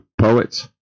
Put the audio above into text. poets